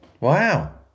wow